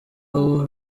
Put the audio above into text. uwo